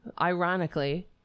ironically